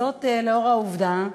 זאת לאור העובדה שבעיני,